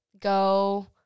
go